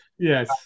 Yes